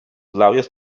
labios